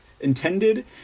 intended